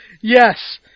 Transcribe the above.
Yes